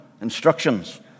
instructions